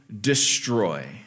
destroy